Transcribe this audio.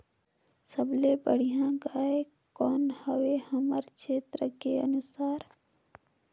सबले बढ़िया गाय कौन हवे हमर क्षेत्र के अनुसार?